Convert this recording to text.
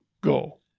go